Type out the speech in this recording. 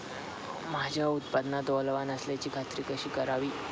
माझ्या उत्पादनात ओलावा नसल्याची खात्री कशी करावी?